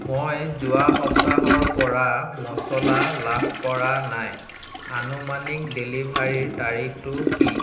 মই যোৱা সপ্তাহৰ পৰা মচলা লাভ কৰা নাই আনুমানিক ডেলিভাৰীৰ তাৰিখটো কি